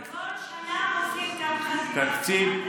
אבל כל שנה עושים קמחא דפסחא.